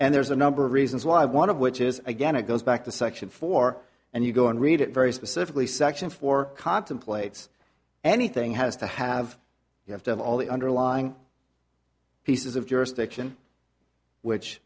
and there's a number of reasons why one of which is again it goes back to section four and you go and read it very specifically section four contemplates anything has to have you have to have all the underlying pieces of jurisdiction which